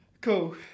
Cool